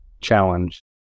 challenge